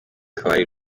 kabari